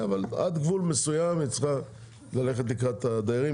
אבל היא צריכה ללכת לקראת הדיירים עד גבול מסוים,